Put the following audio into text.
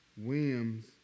Williams